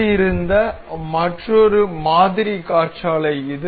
கூடியிருந்த மற்றொரு மாதிரி காற்றாலை இது